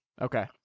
Okay